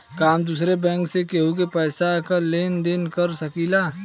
का हम दूसरे बैंक से केहू के पैसा क लेन देन कर सकिला?